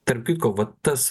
tarp kitko va tas